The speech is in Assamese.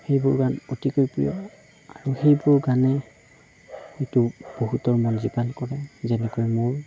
সেইবোৰ গান অতিকৈ প্ৰিয় আৰু সেইবোৰ গানে হয়তো বহুতৰ মন জীপাল কৰে যেনেকৈ মোৰ